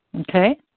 Okay